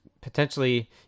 potentially